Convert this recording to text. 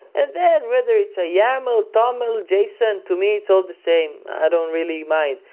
and then whether it's a yaml, toml, json, to me it's all the same. i don't really mind.